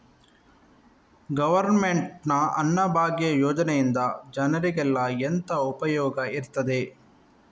Government ನ ಅನ್ನಭಾಗ್ಯ ಯೋಜನೆಯಿಂದ ಜನರಿಗೆಲ್ಲ ಎಂತ ಉಪಯೋಗ ಇರ್ತದೆ?